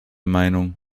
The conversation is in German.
meinung